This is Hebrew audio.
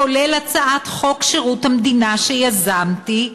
כולל הצעת חוק שירות המדינה, שיזמתי,